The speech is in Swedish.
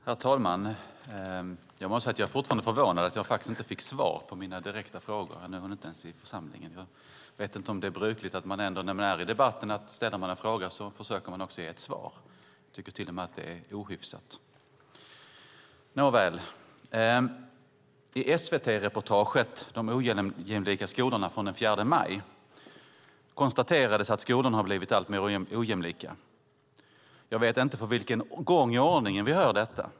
Herr talman! Jag måste säga att jag fortfarande är förvånad över att jag faktiskt inte fick svar från Rossana Dinamarca på mina direkta frågor. Nu är hon inte ens i församlingen. Jag vet inte om det är brukligt, men när man ändå deltar i debatten och någon ställer en fråga försöker man också ge ett svar. Jag tycker till och med att det är ohyfsat. Nåväl, i SVT-reportaget De ojämlika skolorna från den 4 maj konstaterades att skolorna har blivit alltmer ojämlika. Jag vet inte för vilken gång i ordningen vi hör detta.